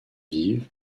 vive